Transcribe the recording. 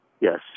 Yes